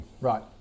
right